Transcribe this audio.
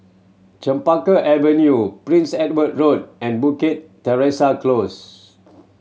Chempaka Avenue Prince Edward Road and Bukit Teresa Close